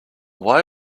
why